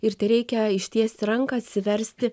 ir tereikia ištiesti ranką atsiversti